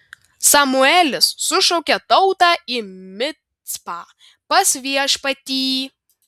samuelis sušaukė tautą į micpą pas viešpatį